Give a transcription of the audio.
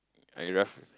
I rough